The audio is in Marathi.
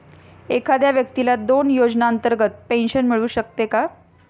एखाद्या व्यक्तीला दोन योजनांतर्गत पेन्शन मिळू शकते का?